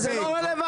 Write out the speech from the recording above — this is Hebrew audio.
זה לא רלוונטי.